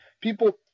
people